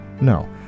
No